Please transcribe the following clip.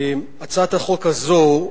הצעת החוק הזאת,